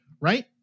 right